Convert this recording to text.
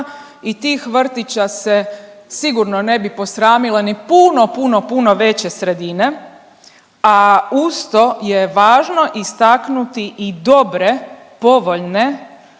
i tih vrtića se sigurno ne bi posramile ni puno, puno, puno veće sredine, a uz to je važno istaknuti i dobre, povoljne